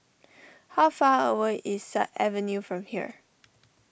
how far away is Sut Avenue from here